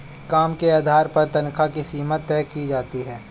काम के आधार पर तन्ख्वाह की सीमा तय की जाती है